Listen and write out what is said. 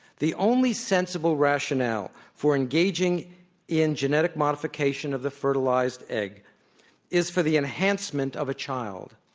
the only sensible rationale for engaging in genetic modification of the fertilized egg is for the enhancement of a child.